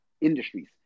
industries